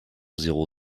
zéro